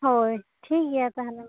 ᱦᱳᱭ ᱴᱷᱤᱠ ᱜᱮᱭᱟ ᱛᱟᱦᱚᱞᱮ ᱢᱟ